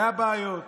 היו בעיות,